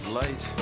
light